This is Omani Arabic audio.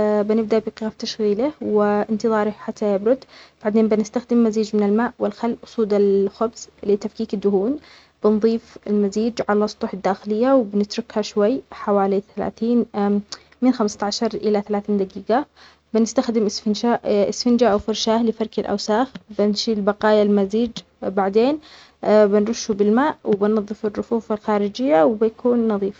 بنبدأ بإيقاف تشغيله وانتظاره حتى يبرد. بعدين بنستخدم مزيج من الماء والخل وصودا الخبز لتفكيك الدهون. بنضيف المزيج على سطوح الداخلية ونتركها شوي حوالي ثلاثين من خمستاشر إلى ثلاثين دقيقة. بنستخدم اسفنجه-اسفنجه أو فرشاة لفرك الأوساخ بنشيل بقايا المزيج بعدين بنرشه بالماء وننظف الرفوف الخارجية وبيكون نظيف.